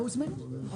הוזמנו.